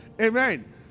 amen